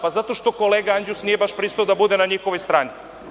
Zato što kolega Anđus nije pristao baš da bude na njihovoj strani.